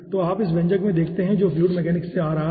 तो आप इस व्यंजक में देखते हैं जो फ्लूइड मैकेनिक्स से आ रहा है